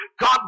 God